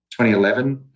2011